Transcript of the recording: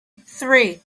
three